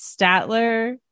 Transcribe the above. Statler